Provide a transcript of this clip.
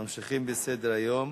ממשיכים בסדר-היום: